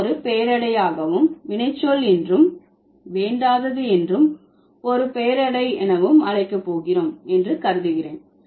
நாம் ஒரு பெயரடையாகவும் வினைச்சொல் என்றும் வேண்டாதது என்றும் ஒரு பெயரெதி எனவும் அழைக்க போகிறோம் என்று கருதுகிறேன்